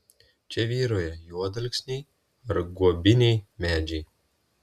čia vyrauja juodalksniai ir guobiniai medžiai